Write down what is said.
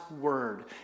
word